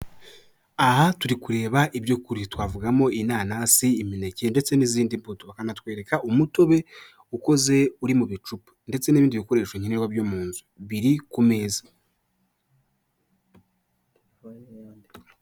Aha turi kureba ibyo kurya, twavugamo inanasi, imineke ndetse n'izindi mbuto. Banatwereka, umutobe ukoze uri mu bicupa ndetse n'ibindi bikoresho nkenerwa byo mu nzu biri ku meza.